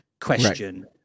question